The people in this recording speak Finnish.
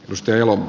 risto jalo